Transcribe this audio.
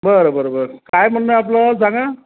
बरं बरं बरं काय म्हणणं आहे आपलं सांगा